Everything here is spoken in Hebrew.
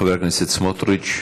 חבר הכנסת סמוטריץ,